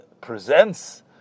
presents